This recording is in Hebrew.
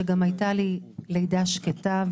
שגם היתה לי לידה שקטה.